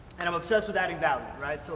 and i'm obsessed with adding value, right? so